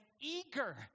eager